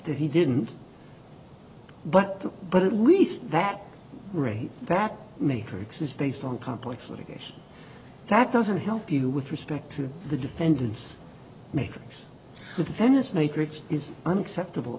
that he didn't but but at least that rate that matrix is based on complex litigation that doesn't help you with respect to the defendants making the venice matrix is unacceptable